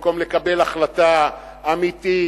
במקום לקבל החלטה אמיתית,